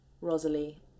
Rosalie